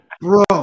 bro